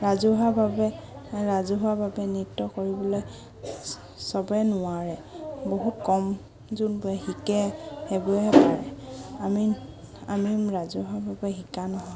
ৰাজহুৱাভাৱে ৰাজহুৱাভাৱে নৃত্য কৰিবলৈ সবেই নোৱাৰে বহুত কম যোনবোৰে শিকে সেইবোৰেহে পাৰে আমি আমি ৰাজহুৱাভাৱে শিকা নহয়